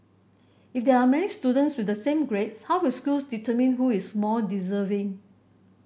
if there are many students with the same grades how will schools determine who is more deserving